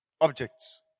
objects